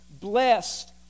blessed